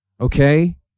okay